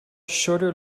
shorter